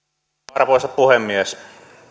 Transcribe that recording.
arvoisa puhemies